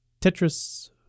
Tetris